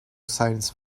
science